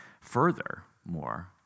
Furthermore